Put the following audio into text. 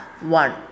one